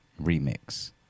remix